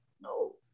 No